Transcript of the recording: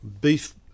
Beef